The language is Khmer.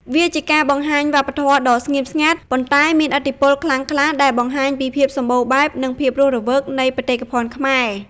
វាជាការបង្ហាញវប្បធម៌ដ៏ស្ងៀមស្ងាត់ ប៉ុន្តែមានឥទ្ធិពលខ្លាំងក្លា ដែលបង្ហាញពីភាពសម្បូរបែប និងភាពរស់រវើកនៃបេតិកភណ្ឌខ្មែរ។